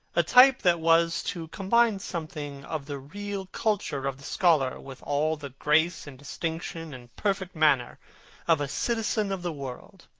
a type that was to combine something of the real culture of the scholar with all the grace and distinction and perfect manner of a citizen of the world.